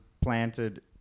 planted